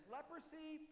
Leprosy